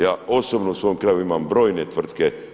Ja osobno u svom kraju imam brojne tvrtke.